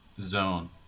zone